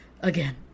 again